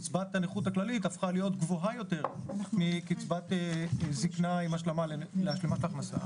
קצבת הנכות הכללית הפכה להיות גבוהה יותר מקצבת זקנה להשלמת הכנסה,